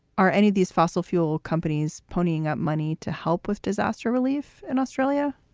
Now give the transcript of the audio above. are any of these fossil fuel companies ponying up money to help with disaster relief in australia?